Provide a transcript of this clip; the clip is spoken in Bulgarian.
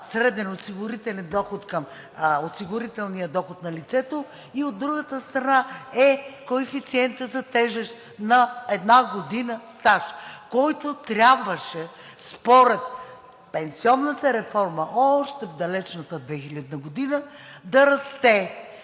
среден осигурителен доход към осигурителния доход на лицето. От другата страна е коефициентът за тежест на една година стаж, който трябваше според пенсионната реформа още в далечната 2000 г. да расте,